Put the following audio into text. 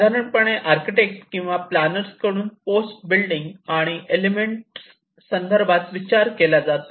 साधारणपणे आर्किटेक्ट किंवा प्लॅनर्स कडून पोस्ट बिल्डिंग आणि एलिमेंट्स यासंदर्भात विचार केला जातो